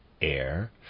air